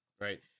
Right